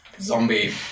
zombie